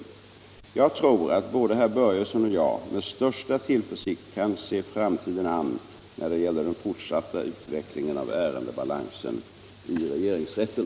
Jag tror att både herr Börjesson och jag med största tillförsikt kan se framtiden an när det gäller den fortsatta utvecklingen av ärendebalansen i regeringsrätten.